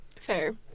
Fair